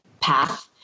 path